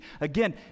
Again